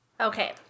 Okay